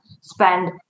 spend